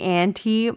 anti